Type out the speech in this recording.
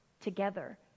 together